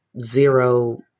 zero